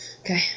Okay